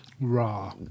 Raw